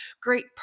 great